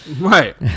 Right